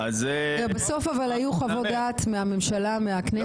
בסוף היו חוות דעת מהממשלה, מהכנסת.